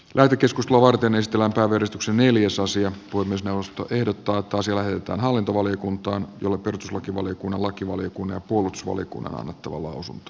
lämpökeskus luovuteneste lämpö uudistuksen neljäsosia puhemiesneuvosto ehdottaa että asia lähetetään hallintovaliokuntaan jolle perustuslakivaliokunnan lakivaliokunnan ja puolustusvaliokunnan on annettava lausunto